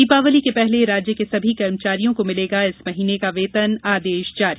दीपावली के पहले राज्य के सभी कर्मचारियों को मिलेगा इस महीने का वेतन आदेश जारी